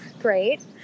Great